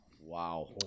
Wow